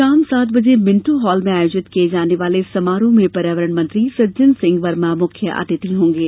शाम सांत बजे मिंटो हॉल में आयोजित किए जाने वाले इस समारोह में पर्यावरण मंत्री सज्जन सिंह वर्मा मुख्य अतिथि होंगे